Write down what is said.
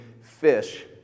fish